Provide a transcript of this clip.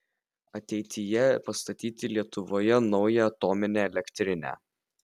ateityje pastatyti lietuvoje naują atominę elektrinę